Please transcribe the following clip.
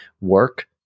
work